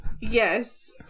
Yes